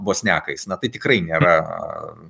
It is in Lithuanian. bosnekais na tai tikrai nėra